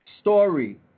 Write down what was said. story